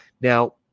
Now